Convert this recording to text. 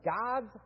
God's